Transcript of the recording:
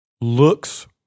looks